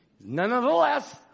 Nonetheless